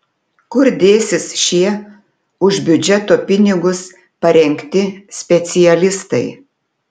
kur dėsis šie už biudžeto pinigus parengti specialistai